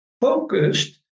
focused